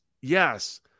Yes